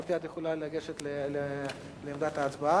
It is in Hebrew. גברתי, את יכולה לגשת לעמדת ההצבעה.